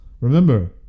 remember